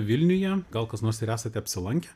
vilniuje gal kas nors ir esate apsilankę